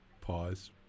Pause